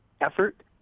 effort